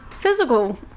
physical